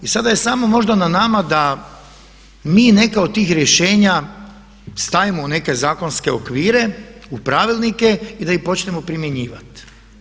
I sada je samo možda na nama da mi neke od tih rješenja stavimo u neke zakonske okvire, u pravilnike i da ih počnemo primjenjivati.